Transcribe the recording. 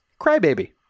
Crybaby